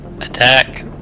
attack